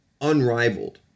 unrivaled